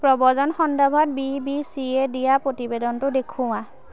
প্ৰব্ৰজন সন্দৰ্ভত বি বি চিয়ে দিয়া প্ৰতিবেদনটো দেখুওৱা